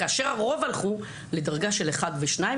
הרוב הלכו לדרגה 1 ו-2,